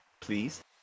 please